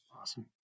awesome